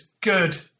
good